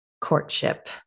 courtship